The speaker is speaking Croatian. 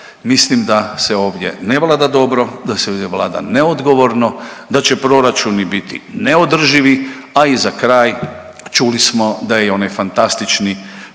mislim da se ovdje ne vlada dobro, da se ovdje vlada neodgovorno, da će proračuni biti neodrživi, a i za kraj čuli smo da je i onaj fantastični